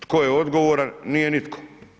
Tko je odgovoran, nije nitko.